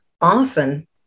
often